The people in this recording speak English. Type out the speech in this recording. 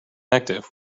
active